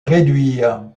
réduire